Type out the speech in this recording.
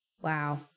Wow